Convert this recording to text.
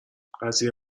قضیه